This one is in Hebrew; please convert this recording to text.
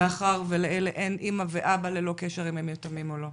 מאחר ולאלה אין אימא ואבא ללא קשר אם הם יתומים או לא.